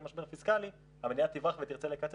משבר פיסקאלי המדינה תברח ותרצה לקצץ,